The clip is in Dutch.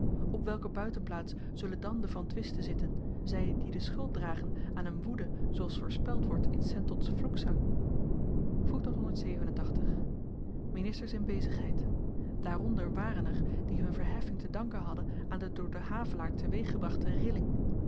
op welke buitenplaats zullen dan de van twisten zitten zy die de schuld dragen aan n woede zooals voorspeld wordt in sentots vloekzang ministers in bezigheid daaronder waren er die hun verheffing te danken hadden aan de door den havelaar teweeggebrachte rilling